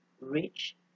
rich